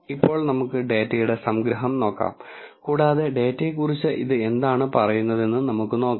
ഇപ്പോൾ നമുക്ക് ഡാറ്റയുടെ സംഗ്രഹം നോക്കാം കൂടാതെ ഡാറ്റയെക്കുറിച്ച് ഇത് എന്താണ് പറയുന്നതെന്നും നമുക്ക് നോക്കാം